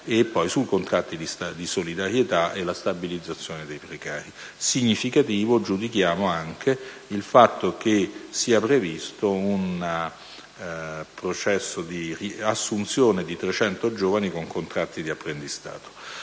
sui contratti di solidarietà e sulla stabilizzazione dei precari. Significativo giudichiamo il fatto che sia previsto un processo di assunzione di 300 giovani con contratti di apprendistato.